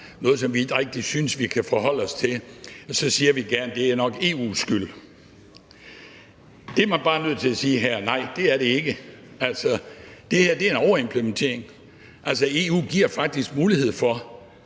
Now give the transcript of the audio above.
noget, som vi ikke rigtig synes vi kan forholde os til, så har en tendens til, at vi siger, at det nok er EU's skyld. Der er man bare nødt til at sige her: Nej, det er det ikke. Altså, det her er en overimplementering. EU giver faktisk mulighed for,